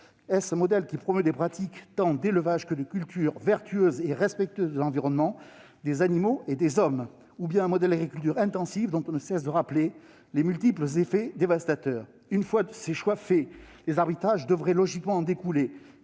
Un modèle qui promeut des pratiques, tant d'élevage que de culture, vertueuses et respectueuses de l'environnement, des animaux et des hommes ? Ou un modèle d'agriculture intensive dont on ne cesse de rappeler les multiples effets dévastateurs ? Une fois ce choix fait, les arbitrages devraient logiquement en découler.